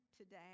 today